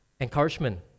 encouragement